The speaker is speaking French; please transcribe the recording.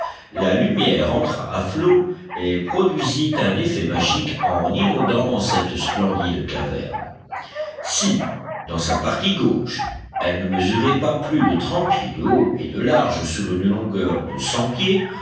la lumière entra à flots et produisit un effet magique en inondant cette splendide caverne si dans sa partie gauche elle ne mesurait pas plus de trente pieds de haut et de large sur une longueur de cent pieds